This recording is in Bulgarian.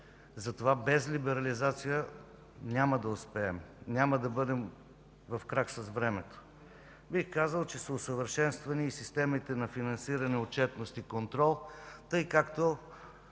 Затова без либерализация няма да успеем, няма да бъдем в крак с времето. Бих казал, че са усъвършенствани и системите на финансиране, отчетност и контрол, така както